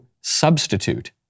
substitute